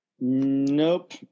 Nope